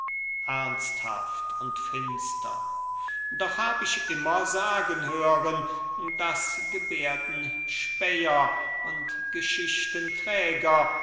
und finster doch hab ich immer sagen hören daß gebärdenspäher und